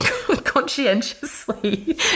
conscientiously